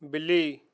ਬਿੱਲੀ